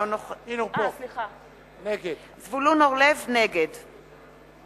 נוכח זבולון אורלב, נגד